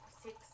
six